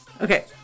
Okay